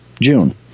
June